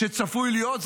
שצפוי להיות,